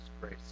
grace